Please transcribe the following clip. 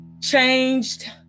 changed